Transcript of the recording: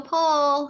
Paul